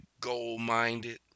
goal-minded